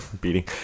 Beating